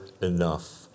enough